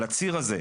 על הציר הזה,